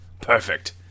Perfect